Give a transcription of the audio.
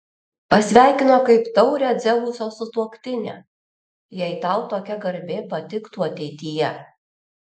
pasveikino kaip taurią dzeuso sutuoktinę jei tau tokia garbė patiktų ateityje